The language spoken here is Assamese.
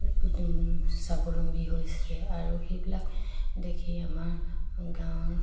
স্বাৱলম্বী হৈছে আৰু সেইবিলাক দেখি আমাৰ গাঁৱৰ